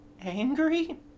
angry